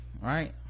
right